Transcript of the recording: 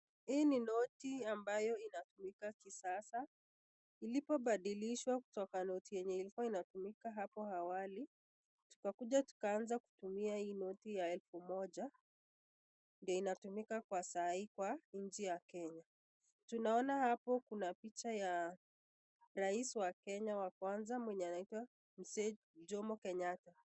Hii ni noti ambayo inatumika kisasa ilipo badilishwa kutoka noti yenye ilikuwa inatumika hapo awali tukakuja tukaanza kutumia hii noti ya elfu moja ndio inatumika kwa sahii kwa nchi ya kenya. Tunaona hapo kuna picha ya rais wa Kenya wa kwanza mwenye anaitwa mzee Jomo Kenyatta.